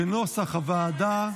כנוסח הוועדה.